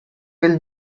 will